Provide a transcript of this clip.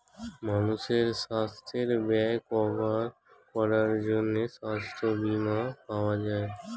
মানুষের সাস্থের ব্যয় কভার করার জন্যে সাস্থ বীমা পাওয়া যায়